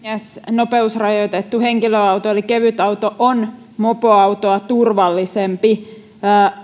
nopeusrajoitettu henkilöauto eli kevytauto on mopoautoa turvallisempi